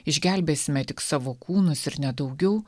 išgelbėsime tik savo kūnus ir ne daugiau